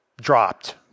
dropped